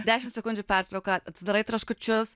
dešim sekundžių pertrauka atsidarai traškučius